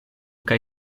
kaj